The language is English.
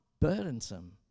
burdensome